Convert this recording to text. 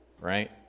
right